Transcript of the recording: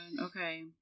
Okay